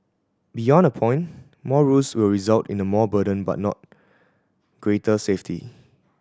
beyond a point more rules will result in a more burden but not greater safety